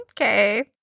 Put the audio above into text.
Okay